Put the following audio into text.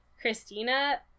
Christina